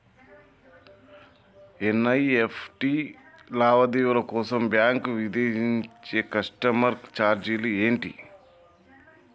NEFT లావాదేవీల కోసం bank విధించే కస్టమర్ ఛార్జీలు ఏమిటి?